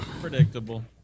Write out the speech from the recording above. Predictable